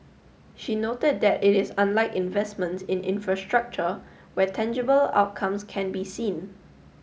she noted that it is unlike investments in infrastructure where tangible outcomes can be seen